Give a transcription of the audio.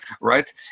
right